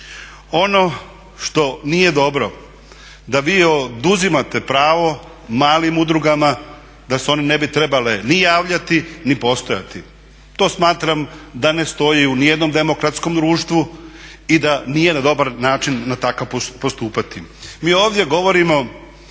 Ono što nije dobro da vi oduzimate pravo malim udrugama da se one ne bi trebale ni javljati ni postojati. To smatram da ne stoji u nijednom demokratskom društvu i da nije dobar način tako postupati. Mi ovdje govorimo